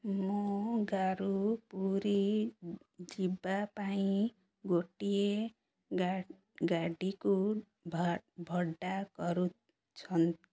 ମୁଁ ଗାରୁ ପୁରୀ ଯିବା ପାଇଁ ଗୋଟିଏ ଗା ଗାଡ଼ିକୁ ଭା ଭଡ଼ା କରୁଛନ୍ତି